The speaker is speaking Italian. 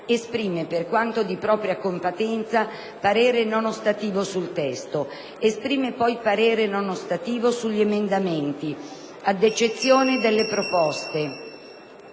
esprime, per quanto di propria competenza, parere non ostativo sul testo. Esprime poi parere non ostativo sugli emendamenti, ad eccezione delle proposte